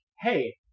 hey